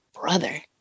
brother